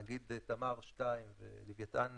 נגיד תמר 2 ולווייתן 1.5,